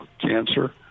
cancer